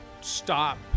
stop